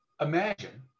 imagine